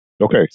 Okay